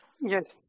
yes